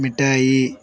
మిఠాయి